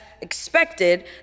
expected